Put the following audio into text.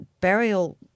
burial